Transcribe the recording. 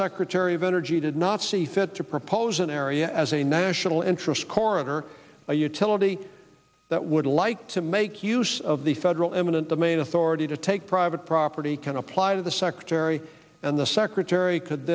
secretary of energy did not see fit to propose an area as a national interest corridor a utility that would like to make use of the federal eminent domain authority to take private property can apply to the secretary and the secretary could